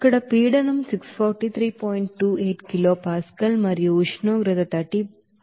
28 kilopascal మరియు ఉష్ణోగ్రత 303